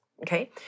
Okay